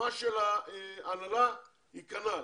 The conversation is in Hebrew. התרומה של ההנהלה היא כנ"ל,